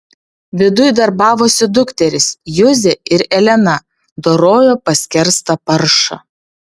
viduj darbavosi dukterys juzė ir elena dorojo paskerstą paršą